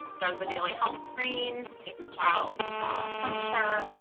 does the daily health screens, takes the child's ah temperature,